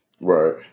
right